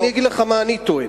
אני אגיד לך מה אני טוען.